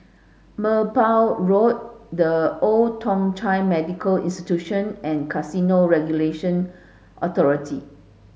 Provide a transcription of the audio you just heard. Merbau Road The Old Thong Chai Medical Institution and Casino Regulatory Authority